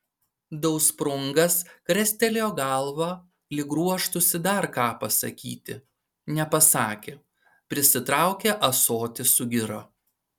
dausprungas krestelėjo galvą lyg ruoštųsi dar ką pasakyti nepasakė prisitraukė ąsotį su gira